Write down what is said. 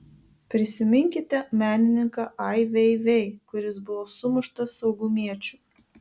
prisiminkite menininką ai vei vei kuris buvo sumuštas saugumiečių